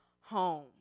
home